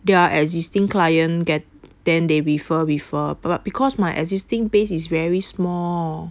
there are existing client get then they refer refer but because my existing base is very small